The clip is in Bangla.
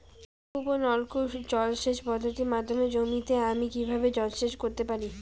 কূপ ও নলকূপ জলসেচ পদ্ধতির মাধ্যমে জমিতে আমি কীভাবে জলসেচ করতে পারি?